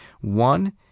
One